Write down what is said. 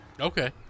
Okay